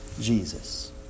Jesus